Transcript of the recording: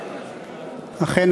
אכן,